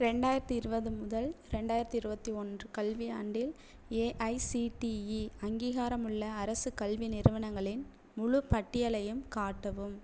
ரெண்டாயிரத்து இருபது முதல் ரெண்டாயிரத்து இருபத்தி ஒன்று கல்வியாண்டில் ஏஐசிடிஇ அங்கீகாரமுள்ள அரசு கல்வி நிறுவனங்களின் முழுபட்டியலையும் காட்டவும்